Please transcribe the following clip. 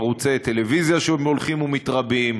ערוצי טלוויזיה שהולכים ומתרבים,